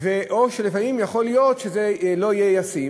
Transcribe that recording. או שלפעמים יכול להיות שזה לא יהיה ישים.